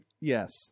Yes